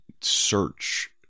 search